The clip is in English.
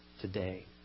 today